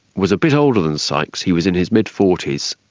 was a bit older than sykes, he was in his mid forty s.